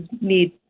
need